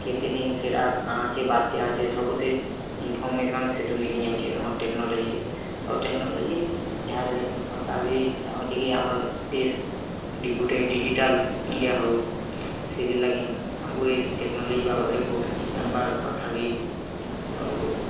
କେତେଦିନ ସେଇଟା କାଣ ଅଛି ବାତ୍ୟା ଅଛି ସବୁଦିନ ଇନ୍ଫୋରମେସନ୍ ସେଟୁଁ ମିଳିଯାଉଛିଁ ଆମର ଟେକ୍ନୋଲୋଜିରେ ଆଉ ଟେକ୍ନୋଲୋଜି ଯାହାହେଲେ ଦେଖନ୍ତୁ ସରକାର ବି ଚାହୁଁଛି କି ଆମର୍ ଦେଶ ଗୋଟେ ଡିଜିଟାଲ୍ ଇଣ୍ଡିଆ ହଉ ସେଥିଲାଗି ଆମକୁ ଏଇ ଟେକ୍ନୋଲୋଜି ବାବଦରେ ବହୁତ କିଛି ଜାନବାର୍ କଥା ବି ଆଉ